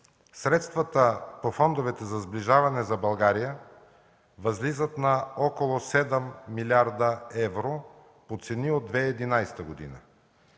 средствата по фондовете за сближаване за България възлизат на около 7 млрд. евро по цени от 2011 г.